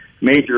major